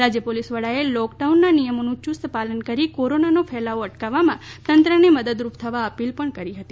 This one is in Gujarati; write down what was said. રાજ્ય પોલિસ મહાનિર્દેશકે લોક ડાઉનના નિયમોનું યુસ્ત પાલન કરી કોરોનાનો ફેલાવો અટકાવવામાં તંત્રને મદદરૂપ થવા અપીલ પણ કરી હતી